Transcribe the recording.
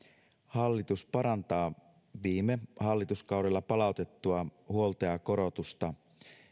hallitus parantaa viime hallituskaudella palautettua huoltajakorotusta